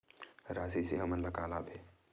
राशि से हमन ला का लाभ हे?